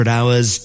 Hours